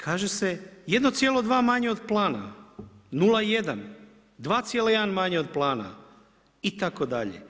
Kaže se 1,2 manje od plana, 0,1, 2,1 manje od plana itd.